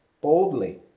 boldly